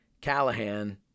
Callahan